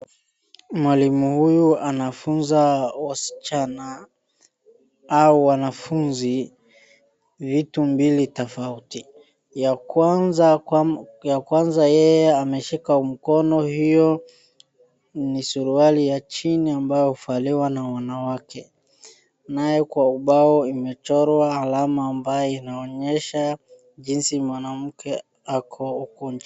Mwalimu huyu anafunza wasichana au wanafunzi vitu mbili tofauti, ya kwanza yeye ameshikana mkono hiyo ni suruali ya chini ambao huvaliwa na wanawake. Nayo kwa ubao imechorwa alama ambayo inaonyesha jinsi mwanamke ako uku[.]